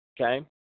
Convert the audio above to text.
Okay